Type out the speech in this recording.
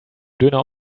döner